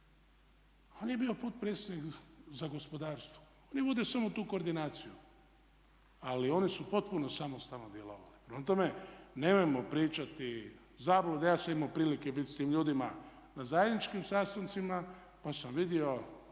ali je bio potpredsjednik za gospodarstvo. On je vodio samo tu koordinaciju ali oni su potpuno samostalno djelovali. Prema tome, nemojmo pričati zablude. Ja sam imao prilike biti s tim ljudima na zajedničkim sastancima pa sam vidio